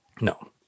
No